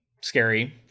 scary